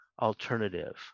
alternative